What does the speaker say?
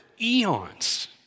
eons